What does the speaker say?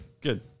Good